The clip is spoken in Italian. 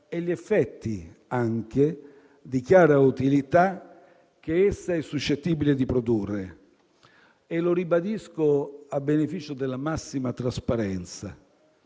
e gli effetti anche di chiara utilità che essa è suscettibile di produrre. Lo ribadisco a beneficio della massima trasparenza: